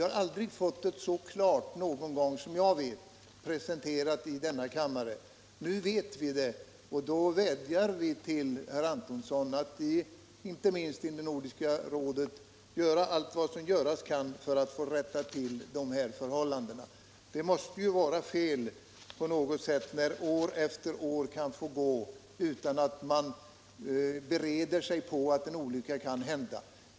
Läget på den fronten har såvitt jag vet aldrig tidigare så klart presenterats i kammaren. Nu vet vi hur det ligger till, och därför vädjar jag till herr Antonsson att inte minst i Nordiska rådet göra allt vad som göras kan för att rätta till vad som brister. Något måste vara fel när år efter år kan få gå utan att man bereder Om beredskapen mot oljekatastrofer ST Om beredskapen mot oljekatastrofer sig på att en olycka kan hända.